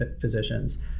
physicians